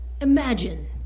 Imagine